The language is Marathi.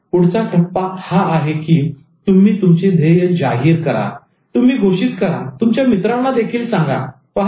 पुढचा टप्पा आहे की तुम्ही तुमचे ध्येय जाहीर करा तुम्ही घोषित करा तुमच्या मित्रांना देखील सांगा पहा